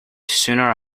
sooner